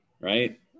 right